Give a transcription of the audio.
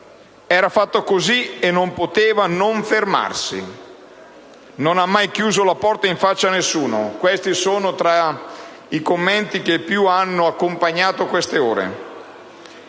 era fatta così, e non poteva non fermarsi. Non ha mai chiuso la porta in faccia a nessuno. Questi sono tra i commenti che più hanno accompagnato le ultime ore.